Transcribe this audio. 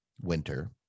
winter